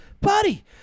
buddy